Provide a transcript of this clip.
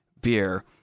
Beer